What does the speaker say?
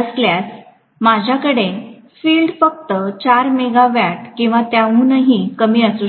असल्यास माझ्याकडे फील्ड फक्त 4 मेगावाट किंवा त्याहूनही कमी असू शकते